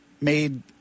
made